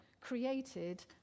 created